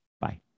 Bye